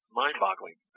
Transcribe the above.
mind-boggling